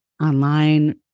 online